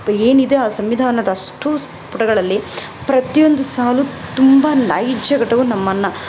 ಏನು ಇದೆ ಆ ಸಂವಿಧಾನದ ಅಷ್ಟೂ ಪುಟಗಳಲ್ಲಿ ಪ್ರತಿಯೊಂದು ಸಾಲು ತುಂಬ ನೈಜ ಘಟವು ನಮ್ಮನ್ನು